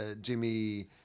Jimmy